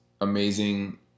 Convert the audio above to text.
amazing